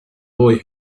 boy